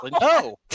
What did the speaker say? No